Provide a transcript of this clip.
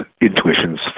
intuitions